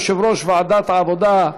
יושב-ראש ועדת העבודה,